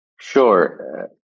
Sure